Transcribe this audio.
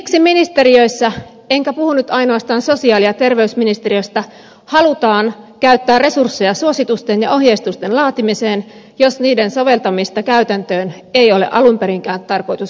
miksi ministeriöissä enkä puhu nyt ainoastaan sosiaali ja terveysministeriöstä halutaan käyttää resursseja suositusten ja ohjeistusten laatimiseen jos niiden soveltamista käytäntöön ei ole alun perinkään tarkoitus valvoa